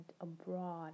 abroad